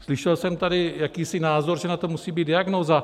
Slyšel jsem tady jakýsi názor, že na to musí být diagnóza.